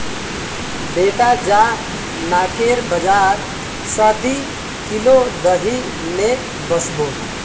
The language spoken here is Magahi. बेटा जा नाकेर बाजार स दी किलो दही ने वसबो